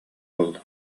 буолла